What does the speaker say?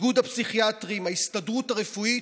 איגוד הפסיכיאטרים, ההסתדרות הרפואית,